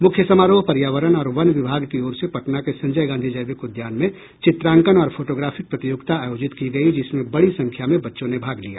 मुख्य समारोह पर्यावरण और वन विभाग की ओर से पटना के संजय गांधी जैविक उद्यान में चित्रांकन और फोटोग्राफी प्रतियोगिता आयोजित की गयी जिसमें बड़ी संख्या में बच्चों ने भाग लिया